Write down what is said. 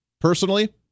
personally